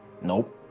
Nope